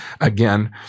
again